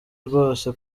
rwose